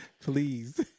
Please